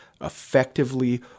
effectively